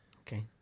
Okay